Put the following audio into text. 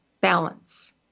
balance